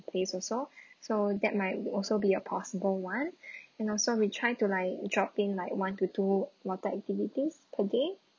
place also so that might would also be a possible one and also we try to like dropping like one to two water activities per day